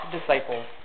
disciples